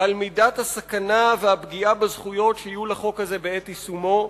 על מידת הסכנה והפגיעה בזכויות שיהיו לחוק הזה בעת יישומו,